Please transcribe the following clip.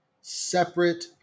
separate